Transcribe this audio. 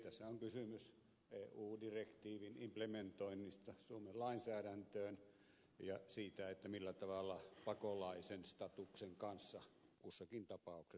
tässä on kysymys eu direktiivin implementoinnista suomen lainsäädäntöön ja siitä millä tavalla pakolaisen statuksen kanssa kussakin tapauksessa käy